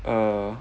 err